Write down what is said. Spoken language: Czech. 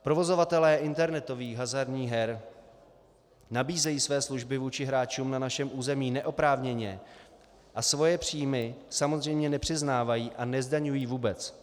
Provozovatelé internetových hazardních her nabízejí své služby vůči hráčům na našem území neoprávněně a svoje příjmy samozřejmě nepřiznávají a nezdaňují vůbec.